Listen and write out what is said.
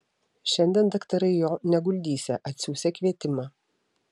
šiandien daktarai jo neguldysią atsiųsią kvietimą